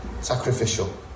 Sacrificial